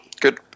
Good